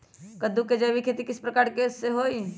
कददु के जैविक खेती किस प्रकार से होई?